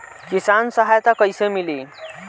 किसान सहायता कईसे मिली?